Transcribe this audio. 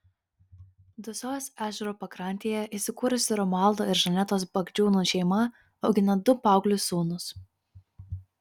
dusios ežero pakrantėje įsikūrusi romualdo ir žanetos bagdžiūnų šeima augina du paauglius sūnus